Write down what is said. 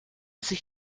sich